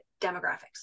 demographics